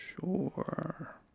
Sure